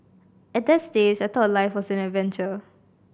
at that age I thought life was an adventure